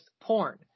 porn